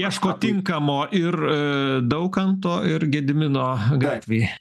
ieško tinkamo ir daukanto ir gedimino gatvėj